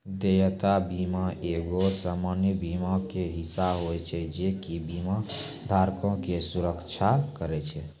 देयता बीमा एगो सामान्य बीमा के हिस्सा होय छै जे कि बीमा धारको के सुरक्षा करै छै